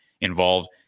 involved